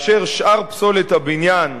ושאר פסולת הבניין,